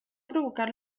provocar